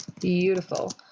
Beautiful